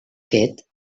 fet